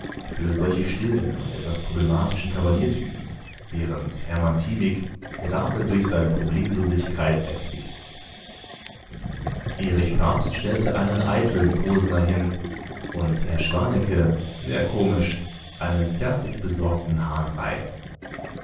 für solche stillen und etwas problematischen kavaliertypen während hermann thimig gerade durch seine problemlosigkeit erquickt erich pabst stellte einen eitlen posener hin und herr schwannecke sehr komisch einen zärtlich besorgten hahnrei